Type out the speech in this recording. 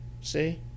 See